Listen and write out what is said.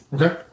Okay